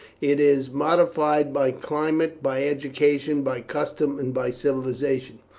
it is modified by climate, by education, by custom, and by civilization,